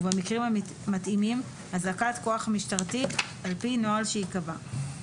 ובמקרים המתאימים הזעקת כוח משטרתי על פי נוהל שייקבע.